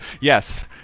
Yes